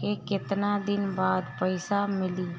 के केतना दिन बाद पइसा मिली?